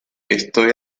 estoy